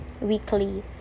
weekly